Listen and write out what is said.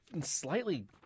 slightly